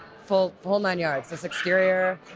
full full nine yards. this exterior